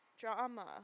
drama